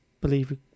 Believe